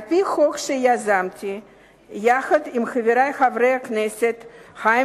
על-פי חוק שיזמתי יחד עם חבר הכנסת חיים